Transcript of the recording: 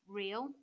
real